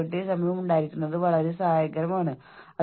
നിങ്ങളിൽ എന്നെപ്പോലെ സമ്മർദ്ദം അനുഭവിക്കാൻ സാധ്യതയുള്ളവർ